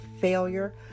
failure